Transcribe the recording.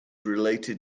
related